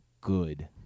good